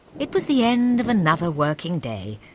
it was the end of another working day,